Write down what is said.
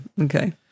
Okay